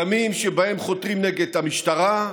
ימים שבהם חותרים נגד המשטרה,